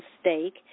stake